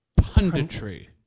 punditry